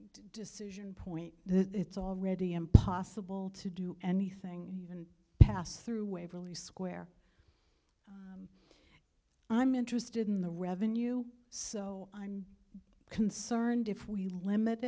decision point that it's already impossible to do anything even pass through waverly square i'm interested in the revenue so i'm concerned if we limit